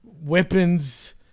weapons